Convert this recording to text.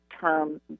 term